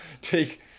Take